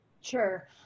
Sure